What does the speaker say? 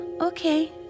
okay